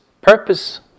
purpose